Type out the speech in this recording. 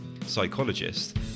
psychologist